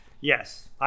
Yes